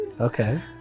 Okay